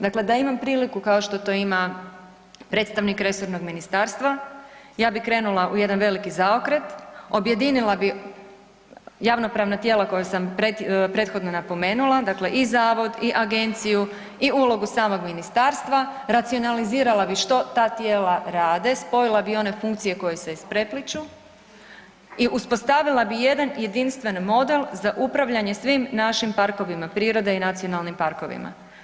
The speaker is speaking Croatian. Dakle, da imam priliku kao što to ima predstavnik resornog ministarstva ja bi krenula u jedan veliki zaokret, objedinila bi javno-pravna tijela koja sam prethodno napomenula, dakle i zavod i agenciju i ulogu samog ministarstva, racionalizirala bi što ta tijela rade, spojila bi one funkcije koje se isprepliću i uspostavila bi jedan jedinstven model za upravljanje svim našim parkovima prirode i nacionalnim parkovima.